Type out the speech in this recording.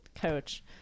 coach